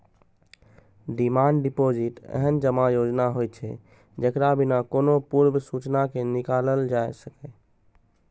demand deposit एहन जमा योजना होइ छै, जेकरा बिना कोनो पूर्व सूचना के निकालल जा सकैए